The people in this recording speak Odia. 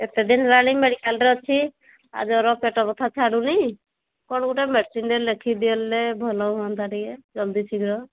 କେତେ ଦିନ ହେଲାଣି ମେଡିକାଲରେ ଅଛି ଆଉ ଜର ପେଟ ବଥା ଛାଡ଼ୁନି କ'ଣ ଗୋଟେ ମେଡିସିନରେ ଲେଖିଦିଲେ ଭଲ ହୁଅନ୍ତା ଟିକିଏ ଜଲଦି ଶୀଘ୍ର